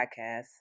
podcast